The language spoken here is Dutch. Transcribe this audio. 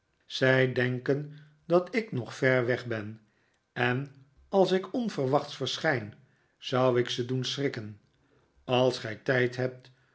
zij denken dat ik nog ver weg ben en als ik onverwachts verschijn zou ik ze doen schrikken als gij tijd hebt